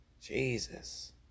Jesus